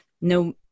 no